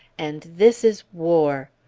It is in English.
and this is war!